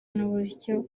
n’uburyo